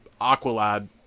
Aqualad